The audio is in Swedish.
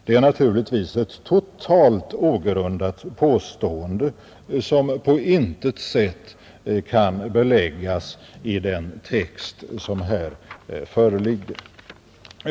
Det är naturligtvis ett totalt ogrundat påstående, som på intet sätt kan beläggas i den text som här föreligger.